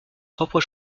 propres